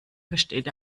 versteht